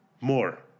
more